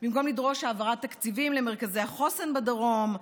במקום לדרוש העברת תקציבים למרכזי החוסן בדרום,